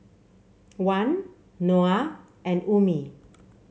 Wan Noah and Ummi